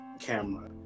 camera